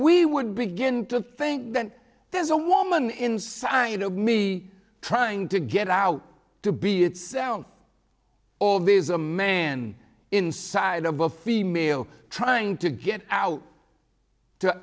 we would begin to think that there's a woman inside of me trying to get out to be itself all these a man inside of a female trying to get out to